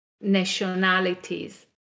nationalities